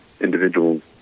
individuals